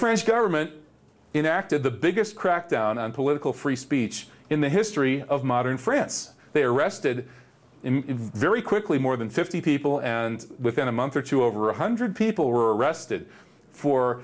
french government in acted the biggest crackdown on political free speech in the history of modern france they arrested him very quickly more than fifty people and within a month or two over one hundred people were arrested for